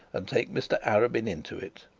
and take mr arabin into it.